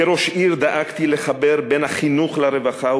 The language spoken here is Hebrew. כראש עיר דאגתי לחבר את החינוך והרווחה,